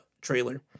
trailer